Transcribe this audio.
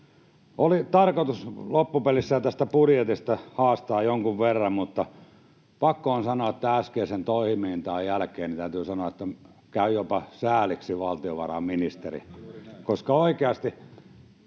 Oli tarkoitus loppupelissään tästä budjetista haastaa jonkun verran, mutta pakko on sanoa tämän äskeisen toiminnan jälkeen, että käy jopa sääliksi valtiovarainministeriä,